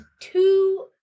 two